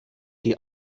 die